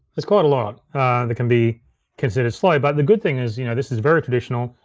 there's quite a lot that can be considered slow. but the good thing is you know this is very traditional.